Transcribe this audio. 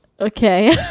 okay